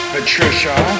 Patricia